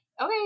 okay